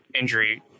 injury